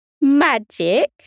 magic